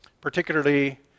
particularly